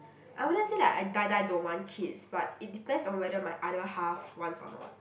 I wouldn't say like I die die don't want kids but it depends on whether my other half wants or not